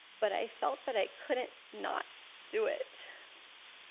but i felt that i couldn't not do it.